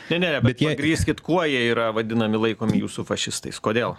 ne ne bet pagrįskit kuo jie yra vadinami laikomi jūsų fašistais kodėl